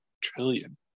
trillion